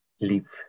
leave